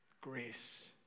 Grace